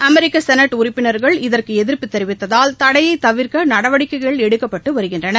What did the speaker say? America செனட் உறுப்பினர்கள் இதற்கு எதிர்ப்பு தெரிவித்ததால் தடையை தவிர்க்க நடவடிக்கைகள் எடுக்கப்பட்டு வருகின்றன